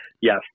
Yes